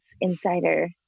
insider